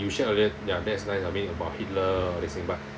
you shared earlier ya that's nice lah I mean about hitler all these things but